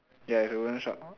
ya it's a wooden shop